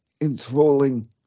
enthralling